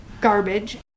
garbage